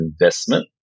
investment